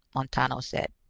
montano said.